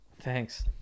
Thanks